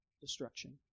destruction